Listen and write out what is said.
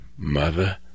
Mother